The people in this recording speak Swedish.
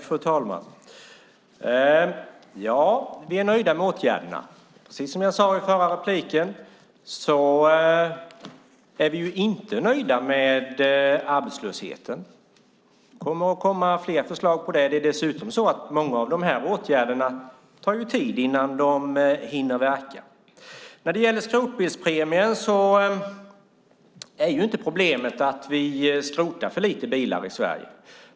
Fru talman! Ja, vi är nöjda med åtgärderna. Precis som jag sade i förra repliken är vi inte nöjda med arbetslösheten. Det kommer att komma fler förslag på det. Det är dessutom så att många av de här åtgärderna tar tid innan de hinner verka. När det gäller skrotbilspremien är inte problemet att vi skrotar för lite bilar i Sverige.